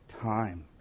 time